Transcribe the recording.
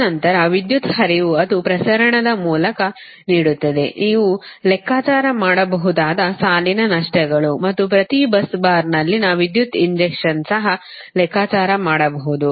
ತದನಂತರ ವಿದ್ಯುತ್ ಹರಿವು ಅದು ಪ್ರಸರಣದ ಮೂಲಕ ನೀಡುತ್ತದೆ ನೀವು ಲೆಕ್ಕಾಚಾರ ಮಾಡಬಹುದಾದ ಸಾಲಿನ ನಷ್ಟಗಳು ಮತ್ತು ಪ್ರತಿ bus ಬಾರ್ನಲ್ಲಿನ ವಿದ್ಯುತ್ ಇಂಜೆಕ್ಷನ್ ಸಹ ಲೆಕ್ಕಾಚಾರ ಮಾಡಬಹುದು